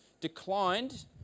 declined